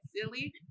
silly